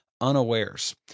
unawares